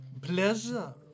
Pleasure